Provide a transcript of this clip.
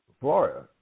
Florida